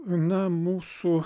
na mūsų